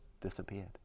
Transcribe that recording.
disappeared